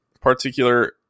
particular